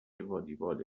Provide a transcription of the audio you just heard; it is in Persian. والیبال